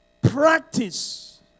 Practice